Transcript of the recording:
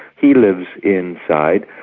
he lives inside,